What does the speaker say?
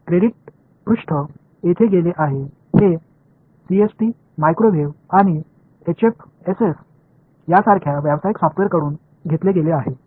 credits பக்கம் இங்கிருந்து சென்றுள்ளது இவை CST மைக்ரோவேவ் மற்றும் HFSS போன்ற வணிக மென்பொருளிலிருந்து எடுக்கப்படுகின்றன